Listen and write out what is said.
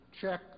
check